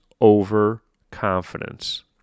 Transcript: overconfidence